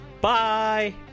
Bye